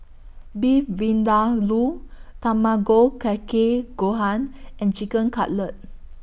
Beef Vindaloo Tamago Kake Gohan and Chicken Cutlet